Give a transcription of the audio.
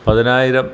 പതിനായിരം